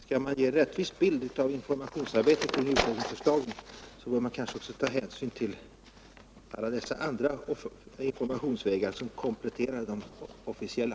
Skall man ge en rättvis bild av informationsarbetet rörande utredningsförslagen bör man kanske också ta hänsyn till alla dessa andra informationsvägar, som kompletterar de officiella.